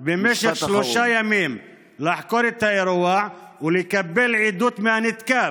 לא מצאו זמן במשך שלושה ימים לחקור את האירוע ולקבל עדות מהנתקף.